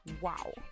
Wow